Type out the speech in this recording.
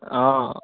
অঁ